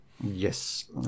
Yes